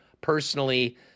Personally